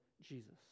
Jesus